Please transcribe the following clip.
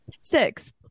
Six